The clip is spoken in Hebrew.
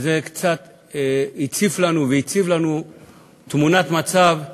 זה קצת הציף לנו והציב לנו תמונת מצב של,